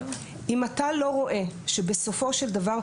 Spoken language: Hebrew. אם אתה לא רואה שבסופו של דבר,